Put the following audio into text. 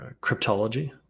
cryptology